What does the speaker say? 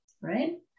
right